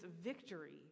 victory